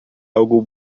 algo